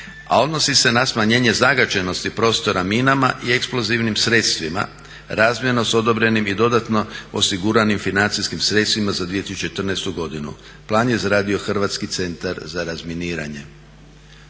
a odnosi se na smanjenje zagađenosti prostora minama i eksplozivnim sredstvima razmjerno s odobrenim i dodatno osiguranim financijskim sredstvima za 2014.godinu. Plan je izradio Hrvatski centar za razminiranje.